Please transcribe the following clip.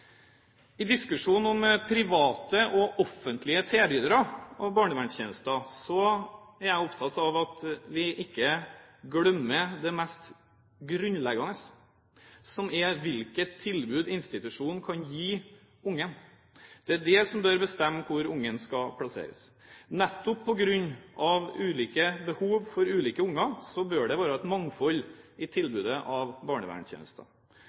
I diskusjonen om private og offentlige tilbydere av barnevernstjenester er jeg opptatt av at vi ikke glemmer det mest grunnleggende, nemlig hvilket tilbud institusjonen kan gi barnet. Det er det som bør bestemme hvor barnet skal plasseres. Nettopp på grunn av ulike behov hos ulike barn bør det være et mangfold i tilbudet av